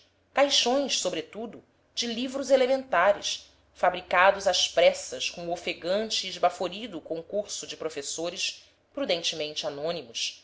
caixões sobretudo de livros elementares fabricados às pressas com o ofegante e esbaforido concurso de professores prudentemente anônimos